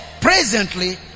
presently